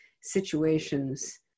situations